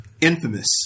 infamous